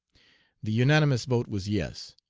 the unanimous vote was yes.